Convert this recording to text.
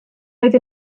oedd